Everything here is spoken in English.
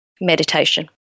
Meditation